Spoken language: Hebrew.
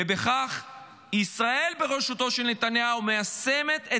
ובכך ישראל בראשותו של נתניהו מיישמת את